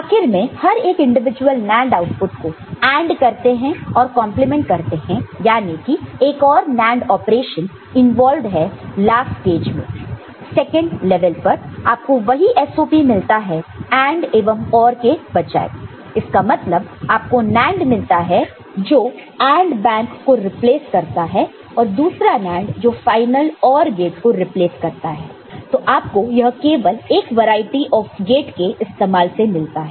आखिर में हर एक इंडिविजुअल NAND आउटपुट को AND करते हैं और कंपलीमेंट करते हैं याने की एक और NAND ऑपरेशन इंवाल्वड है लास्ट स्टेज में सेकंड लेवल पर आपको वही SOP मिलता है AND और OR के बजाए इसका मतलब आप को NAND मिलता है जो AND बैंक को रिप्लेस करता है और दूसरा NAND जो फाइनल OR गेट को रिप्लेस करता है तो आपको यह केवल एक वैरायटी ऑफ गेट के इस्तेमाल से मिलता है